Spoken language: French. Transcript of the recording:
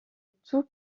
tous